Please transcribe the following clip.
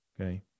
Okay